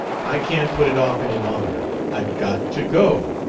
i can't put it off any longer. i've got to go.